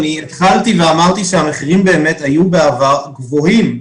פתחתי ואמרתי שהמחירים באמת היו בעבר גבוהים.